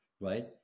right